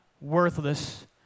worthless